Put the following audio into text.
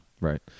Right